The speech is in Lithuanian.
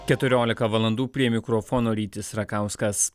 keturiolika valandų prie mikrofono rytis rakauskas